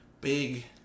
big